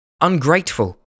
ungrateful